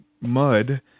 mud